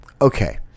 Okay